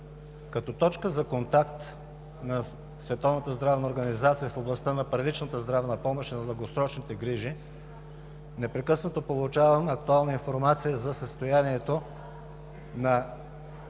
здравна организация в областта на първичната здравна помощ и на дългосрочните грижи, непрекъснато получавам актуална информация за състоянието на